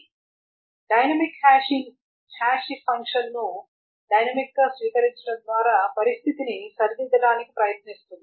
కాబట్టి dynamic hashing hashing ఫంక్షన్ను డైనమిక్గా స్వీకరించడం ద్వారా పరిస్థితిని సరిదిద్దడానికి ప్రయత్నిస్తుంది